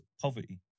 poverty